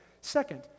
second